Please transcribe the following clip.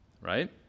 right